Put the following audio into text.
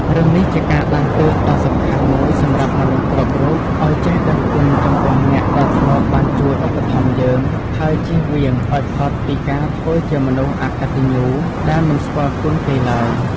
រឿងនេះជាការដាស់តឿនដ៏សំខាន់មួយសម្រាប់មនុស្សគ្រប់រូបឲ្យចេះដឹងគុណចំពោះអ្នកដែលធ្លាប់បានជួយឧបត្ថម្ភយើង ហើយចៀសវាងឲ្យផុតពីការធ្វើជាមនុស្សអកតញ្ញូដែលមិនស្គាល់គុណគេឡើយ។